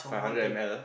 five hundred M_L